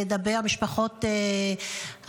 לדבר, משפחות החטופים.